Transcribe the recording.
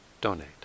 donate